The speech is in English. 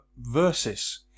versus